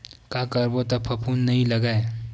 का करबो त फफूंद नहीं लगय?